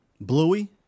Bluey